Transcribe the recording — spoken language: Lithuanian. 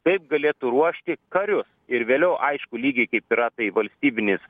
taip galėtų ruošti karius ir vėliau aišku lygiai kaip yra tai valstybinis